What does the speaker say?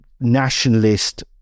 nationalist